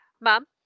mom